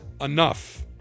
enough